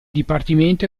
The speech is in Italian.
dipartimento